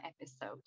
episode